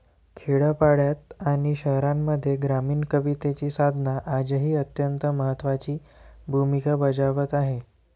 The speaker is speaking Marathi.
खेड्यापाड्यांत आणि शहरांमध्ये ग्रामीण कवितेची साधना आजही अत्यंत महत्त्वाची भूमिका बजावत आहे